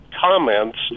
comments